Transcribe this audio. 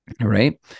right